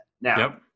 now